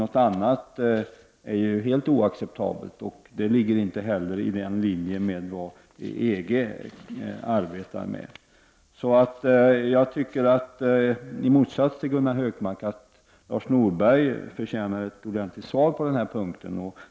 Något annat är helt oacceptabelt, och det ligger inte heller i den linje som EG driver. Jag tycker således, i motsats till Gunnar Hökmark, att Lars Norberg förtjänar ett ordentligt svar på den här punkten.